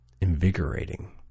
invigorating